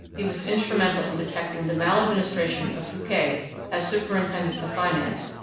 he was instrumental in detecting the maladministration of fouquet as superintendent of finance,